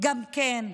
גם כן?